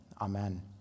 amen